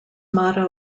motto